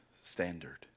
standard